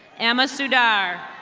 ama sudar.